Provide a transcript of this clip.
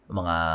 mga